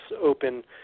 open